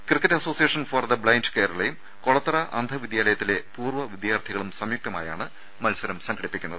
cricket association for the blind കേരളയും കൊള ത്തറ അന്ധവിദ്യാലയത്തിലെ പൂർവ്വ വിദ്യാർത്ഥികളും സംയുക്തമായാണ് മത്സരം സംഘടിപ്പിക്കുന്നത്